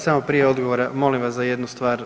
Samo prije odgovora, molim vas za jednu stvar.